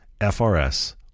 FRS